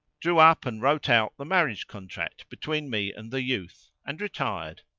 drew up and wrote out the marriage contract between me and the youth and retired.